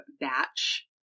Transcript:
batch